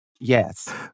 Yes